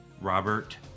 Robert